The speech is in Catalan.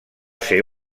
ser